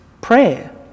prayer